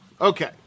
Okay